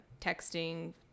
texting